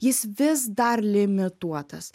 jis vis dar limituotas